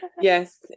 Yes